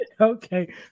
Okay